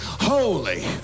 Holy